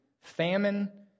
famine